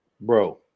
bro